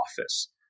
office